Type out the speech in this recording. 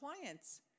clients